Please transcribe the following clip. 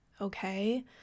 okay